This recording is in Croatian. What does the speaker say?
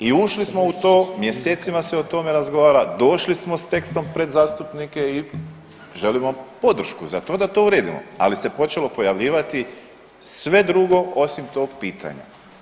I ušli smo u to, mjesecima se o tome razgovara, došli smo s tekstom pred zastupnike i želimo podršku za to da to uredimo ali se počelo pojavljivati sve drugo osim tog pitanja.